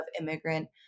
immigrant